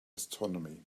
astronomy